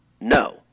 No